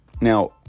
Now